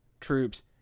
troops